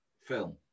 film